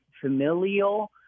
familial